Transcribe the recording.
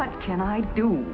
what can i do